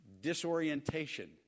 disorientation